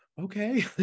okay